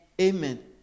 amen